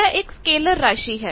यह एक स्केलर राशि है